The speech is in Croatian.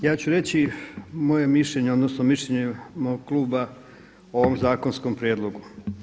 I ja ću reći moje mišljenje, odnosno mišljenje mog kluba o ovom zakonskom prijedlogu.